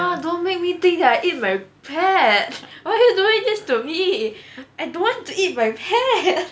ah don't make me think that I eat my pet why are you doing this to me I don't want to eat my pet